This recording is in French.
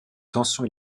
tension